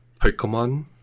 pokemon